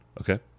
Okay